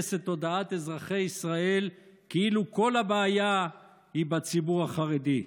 להנדס את תודעת אזרחי ישראל כאילו כל הבעיה היא בציבור החרדי.